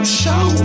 show